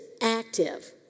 active